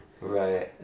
Right